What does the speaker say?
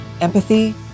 empathy